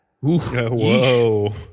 Whoa